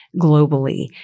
globally